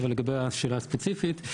אבל לגבי השאלה הספציפית: